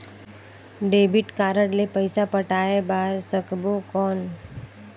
Debit card ले पइसा पटाय बार सकबो कौन?